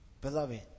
Beloved